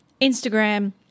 Instagram